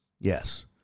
Yes